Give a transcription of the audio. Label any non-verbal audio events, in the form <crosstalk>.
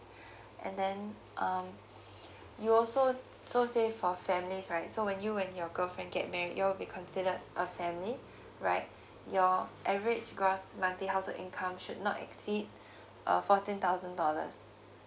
<breath> and then um <breath> you also uh so say for families right so when you and your girlfriend get married you will be considered a family <breath> right <breath> your average gross monthly household income should not exceed <breath> uh fourteen thousand dollars